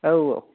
औ औ